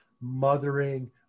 mothering